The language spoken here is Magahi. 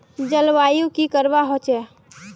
जलवायु की करवा होचे?